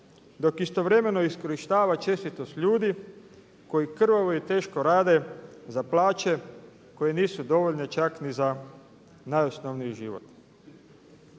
dok istovremeno iskorištava čestitost ljudi koji krvavo i teško rade za plaće koje nisu dovoljne čak ni za najosnovniji život.